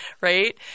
right